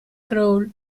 crawl